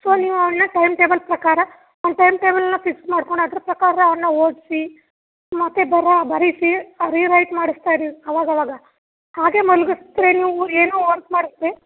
so ನೀವು ಅವನ time table ಪ್ರಕಾರ ಒನ್ ಟೈಮ್ ಟೇಬಲನ್ನ ಫಿಕ್ಸ್ ಮಾಡ್ಕೊಂಡು ಅದ್ರ ಪ್ರಕಾರ ಅವನ್ನ ಓದಿಸಿ ಮತ್ತು ಬರ ಬರೆಸಿ ರಿರೈಟ್ ಮಾಡಿಸ್ತಾ ಇರಿ ಅವಾಗವಾಗ ಹಾಗೇ ಮಲಗಿಸ್ದ್ರೆ ನೀವು ಏನೂ ವರ್ಕ್ ಮಾಡಿಸ್ದೆ